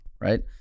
Right